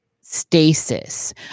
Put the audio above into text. stasis